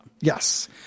Yes